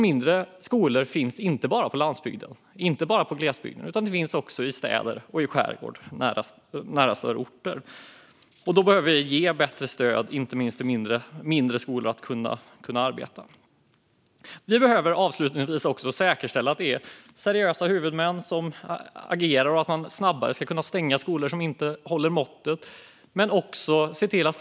Mindre skolor finns inte bara på landsbygden och i glesbygden utan också i städer och i skärgård nära större orter. Då behöver vi ge bättre stöd till mindre skolor för att de ska kunna arbeta. Vi behöver avslutningsvis också säkerställa att det är seriösa huvudmän som agerar och att man snabbare ska kunna stänga skolor som inte håller måttet.